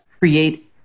create